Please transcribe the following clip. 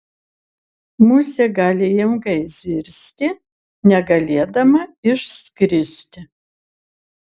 musė gali ilgai zirzti negalėdama išskristi